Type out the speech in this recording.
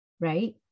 Right